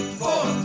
four